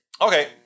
okay